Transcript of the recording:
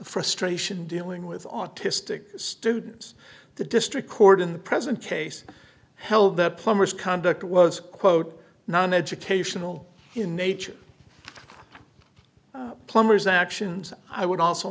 frustration dealing with autistic students the district court in the present case hell the plumber's conduct was quote non educational in nature plumber's actions i would also